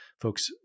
Folks